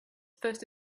first